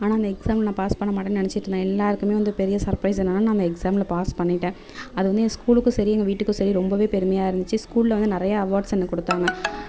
ஆனால் அந்த எக்ஸாமில் நான் பாஸ் பண்ண மாட்டேன் நெனைச்சிட்ருந்த எல்லோருக்குமே வந்து பெரிய சர்ப்ரைஸ் என்னன்னா நான் அந்த எக்ஸாமில் பாஸ் பண்ணிவிட்டேன் அது வந்து என் ஸ்கூலுக்கும் சரி எங்கள் வீட்டுக்கும் சரி ரொம்ப பெருமையா இருந்துச்சு ஸ்கூலில் வந்து நிறையா அவார்ட்ஸ் எனக்கு கொடுத்தாங்க